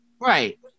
Right